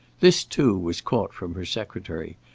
this, too, was caught from her secretary,